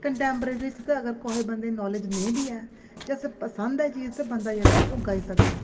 contemporary च ते अगर कुसै बंदे गी नालेज नेईं बी ऐ जे पसंद ऐ गीत ते बंदा जेह्ड़ा ऐ ओह् गाई सकदा ऐ